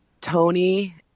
Tony